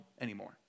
anymore